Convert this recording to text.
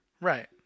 Right